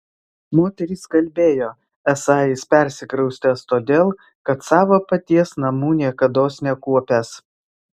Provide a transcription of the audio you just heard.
moterys kalbėjo esą jis persikraustęs todėl kad savo paties namų niekados nekuopęs